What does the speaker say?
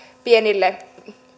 pienille